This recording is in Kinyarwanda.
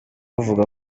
uvuga